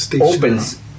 opens